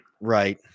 Right